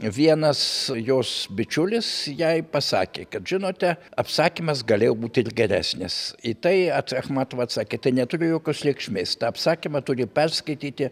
vienas jos bičiulis jai pasakė kad žinote apsakymas galėjo būti ir geresnis į tai achmatova atsakė tai neturi jokios reikšmės tą apsakymą turi perskaityti